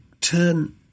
turn